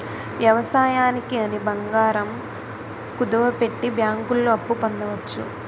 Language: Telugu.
వ్యవసాయానికి అని బంగారం కుదువపెట్టి బ్యాంకుల్లో అప్పు పొందవచ్చు